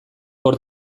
hor